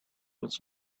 was